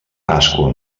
pasqua